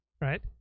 right